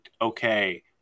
Okay